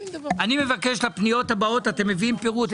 אני מבקש שבפניות הבאות אתם תביאו פירוט,